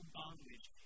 bondage